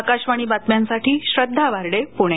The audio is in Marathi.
आकाशवाणी बातम्यांसाठी श्रद्धा वार्डे पुणे